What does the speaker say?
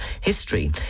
history